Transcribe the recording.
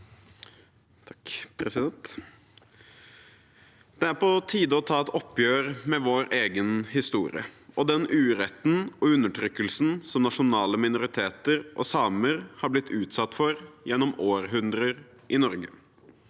Det er på tide å ta et oppgjør med vår egen historie og den uret ten og undertrykkelsen som nasjonale minoriteter og samer har blitt utsatt for gjennom århundrer i Norge.